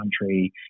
country